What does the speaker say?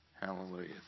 hallelujah